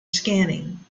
scanning